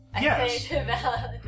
Yes